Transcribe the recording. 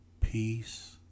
peace